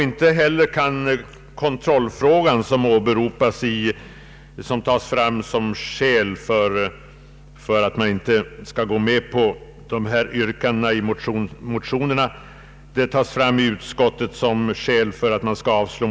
Inte heller kan kontrollfrågan som utskottet gör anföras som skäl för att motionsyrkandena skall avslås.